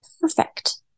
perfect